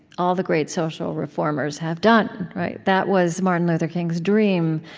all the great social reformers have done, right? that was martin luther king's dream,